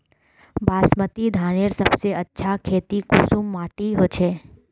बासमती धानेर सबसे अच्छा खेती कुंसम माटी होचए?